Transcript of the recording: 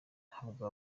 ntabwo